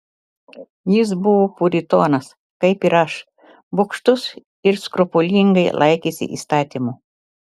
jis buvo puritonas kaip ir aš bugštus ir skrupulingai laikėsi įstatymų